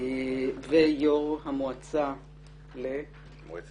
ויושב ראש